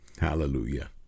hallelujah